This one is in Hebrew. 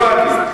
הבנתי.